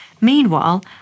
Meanwhile